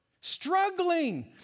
Struggling